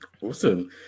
awesome